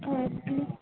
हय आनी